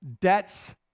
debts